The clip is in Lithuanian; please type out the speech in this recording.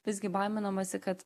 visgi baiminamasi kad